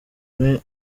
imwe